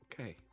Okay